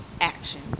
action